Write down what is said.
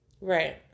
Right